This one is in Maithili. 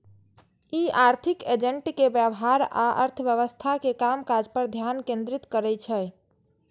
ई आर्थिक एजेंट के व्यवहार आ अर्थव्यवस्था के कामकाज पर ध्यान केंद्रित करै छै